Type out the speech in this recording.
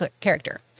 character